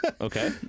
Okay